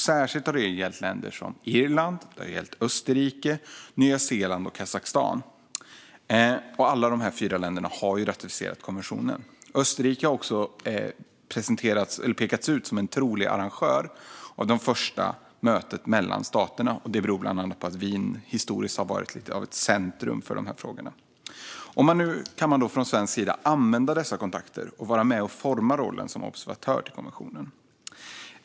Särskilt har det gällt länder som Irland, Österrike, Nya Zeeland och Kazakstan som alla har ratificerat konventionen. Österrike har också pekats ut som en trolig arrangör av det första mötet mellan staterna. Det beror bland annat på att Wien historiskt sett har varit lite av ett centrum för de här frågorna. Nu kan man från svensk sida använda dessa kontakter för att vara med och forma rollen som observatör till konventionen.